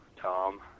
Tom